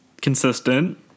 consistent